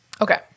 Okay